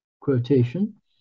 quotation